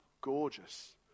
gorgeous